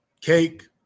cake